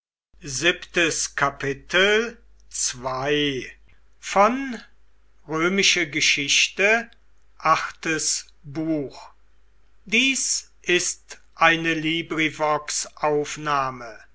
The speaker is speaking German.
sind ist eine